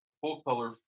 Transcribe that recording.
full-color